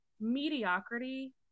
mediocrity